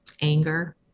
Anger